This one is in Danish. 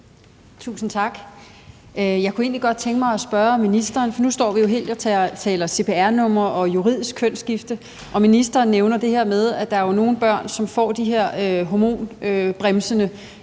Tusind tak. Jeg kunne egentlig godt tænke mig at spørge ministeren om noget. For nu står vi jo og taler cpr-numre og juridisk kønsskifte, og ministeren nævner det her med, at der er nogle børn, som får de her hormonbremsende